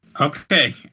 Okay